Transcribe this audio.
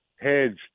hedge